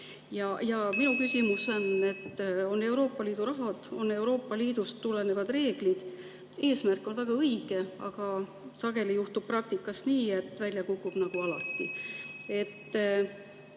Minu küsimus. On Euroopa Liidu raha, on Euroopa Liidust tulenevad reeglid ja eesmärk on väga õige, aga sageli juhtub praktikas nii, et välja kukub nagu alati.